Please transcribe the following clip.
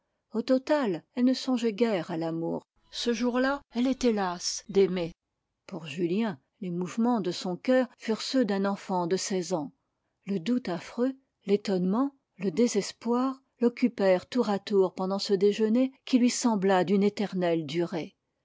au total elle ne songeait guère à l'amour ce jour-là elle était lasse d'aimer pour julien les mouvements de son coeur furent ceux d'un enfant de seize ans le doute affreux l'étonnement le désespoir l'occupèrent tour à tour pendant ce déjeuner qui lui sembla d'une éternelle durée